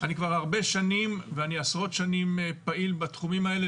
אני עשרות שנים פעיל בתחומים האלה,